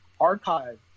archive